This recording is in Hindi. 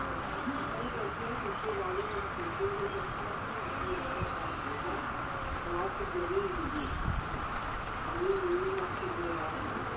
तो ठीक है उसके बारे में हम सोचेंगे लेकिन आपका काम होगा और आपको ज़मीन मिलेगी भी ज़मीन मिलने में आपको दो राय नहीं है